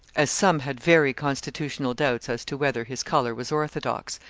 as some had very constitutional doubts as to whether his colour was orthodox,